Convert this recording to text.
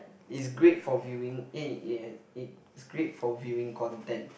it's great for viewing eh it has it's great for viewing content